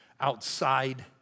outside